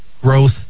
growth